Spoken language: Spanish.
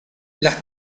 las